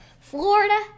Florida